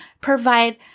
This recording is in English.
provide